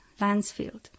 Lansfield